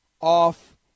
off